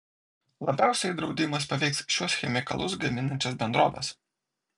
labiausiai draudimas paveiks šiuos chemikalus gaminančias bendroves